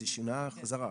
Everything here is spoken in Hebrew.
זה שונה בחזרה?